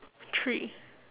three